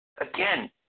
Again